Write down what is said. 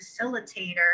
facilitator